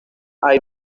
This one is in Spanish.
hay